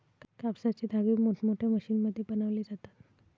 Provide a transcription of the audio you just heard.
कापसाचे धागे मोठमोठ्या मशीनमध्ये बनवले जातात